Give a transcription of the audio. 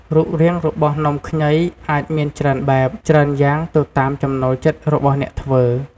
រូបរាងរបស់នំខ្ញីអាចមានច្រើនបែប ច្រើនយ៉ាងទៅតាមចំណូលចិត្តរបស់អ្នកធ្វើ។